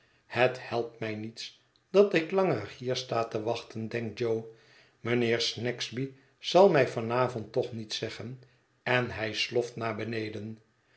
het helpt mij niets dat ik langer hier sta te wachten denkt jo mijnheer snagsby zal mij van avond toch niets zeggen en hij sloft naar beneden